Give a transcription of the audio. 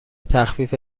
تخفیف